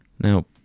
now